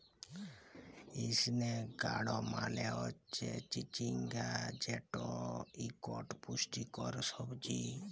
ইসনেক গাড় মালে হচ্যে চিচিঙ্গা যেট ইকট পুষ্টিকর সবজি